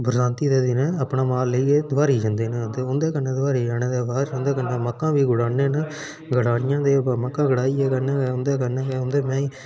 बरसांती दे दिनें अपना माल लेइयै दूआरी जंदे हे दूआरी जाने दे बाद उंदै कन्नै मक्कां बी गूड़ाने हे मक्कां गूड़ाइयै उंदे कन्नै गै उंदै मैहीं